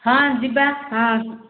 ହଁ ଯିବା ହଁ